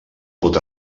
pot